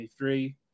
23